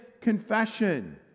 confession